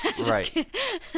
right